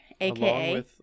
aka